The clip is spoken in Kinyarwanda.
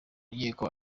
nkiko